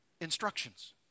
Instructions